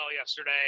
yesterday